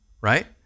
right